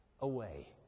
away